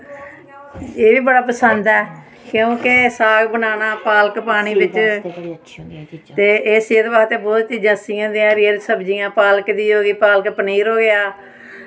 एह् बड़ा पसंद ऐ क्युंकि साग बनाना पालक पानी एह्दे बिच ते एह् सेह्त बास्तै बोह्त अच्छियां सब्जियां हरियां पालक दी होई पालक पनीर होया